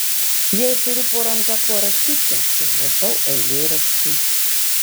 jei turiu po ranka kuo rašyti užrašau eilėraštį